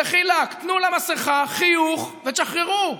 דחילק, תנו לה מסכה, חיוך, ותשחררו.